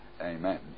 Amen